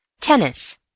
Tennis